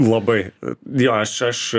labai jo aš aš